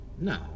No